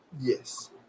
yes